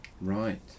Right